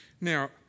Now